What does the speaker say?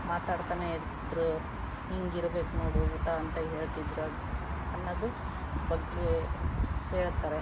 ಮಾತಾಡ್ತಾನೇ ಇದ್ರು ಹಿಂಗಿರ್ಬೇಕು ನೋಡು ಊಟ ಅಂತ ಹೇಳ್ತಿದ್ರು ಅನ್ನೋದು ಬಗ್ಗೇ ಹೇಳ್ತಾರೆ